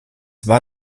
war